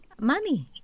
Money